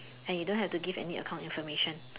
and you don't have to give any account information